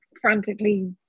frantically